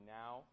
now